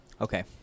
Okay